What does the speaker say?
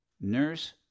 nurse